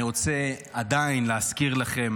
אני רוצה עדיין להזכיר לכם